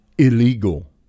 illegal